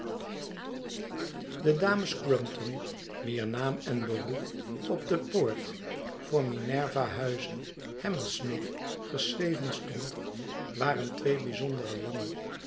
de dames crumpton wier naam en beroep op de poort voor minerva huize hammersmith geschreven stond waren twee bijzonder lange